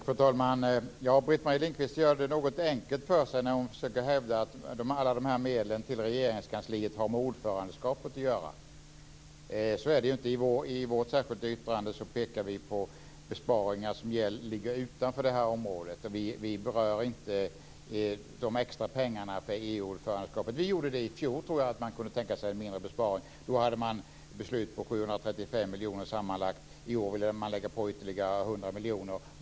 Fru talman! Britt-Marie Lindkvist gör det något enkelt för sig när hon försöker hävda att alla medel till Regeringskansliet har med ordförandeskapet att göra. Så är det ju inte. I vårt särskilda yttrande pekar vi på besparingar som ligger utanför det området. Vi berör inte de extra pengarna för EU-ordförandeskapet. Vi sade i fjol, tror jag, att man kunde tänka sig en mindre besparing. Då hade man beslut på 735 miljoner sammanlagt, i år vill man lägga på ytterligare 100 miljoner.